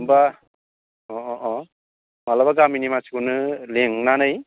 होमबा औ औ औ मालाबा गामिनि मानसिखौनो लेंनानै